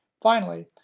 finally,